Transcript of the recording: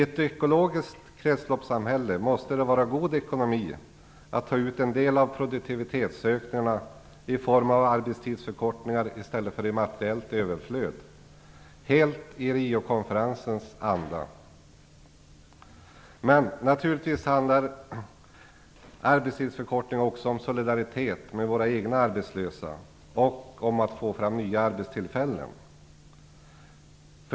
I ett ekologiskt kretsloppssamhälle måste det vara god ekonomi att ta ut en del av produktivitetsökningarna i form av arbetstidsförkortningar i stället för i materiellt överflöd. Det är även helt i Riokonferensens anda. Naturligtvis handlar det också om solidaritet med våra egna arbetslösa och om att få fram nya arbetstillfällen.